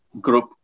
group